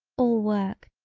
all work,